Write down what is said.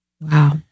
Wow